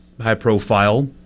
high-profile